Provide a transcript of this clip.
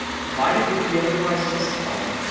provided it be otherwise justified,